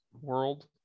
world